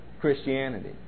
Christianity